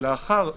לאחריהם,